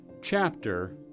Chapter